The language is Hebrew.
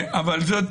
אבל זאת